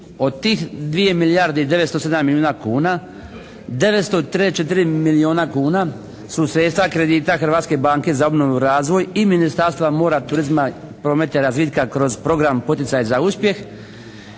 Od tih 2 milijarde i 907 milijuna kuna 934 milijuna kuna su sredstva kredita Hrvatske banke za obnovu i razvoj i Ministarstva mora, turizma, prometa i razvitka kroz program poticaj za uspjeh